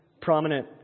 prominent